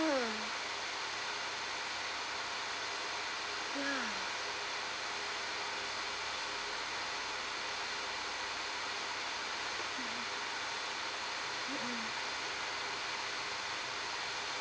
ya ya um